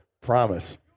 promise